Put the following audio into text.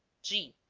g.